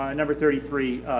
um number thirty three,